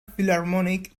philharmonic